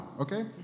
okay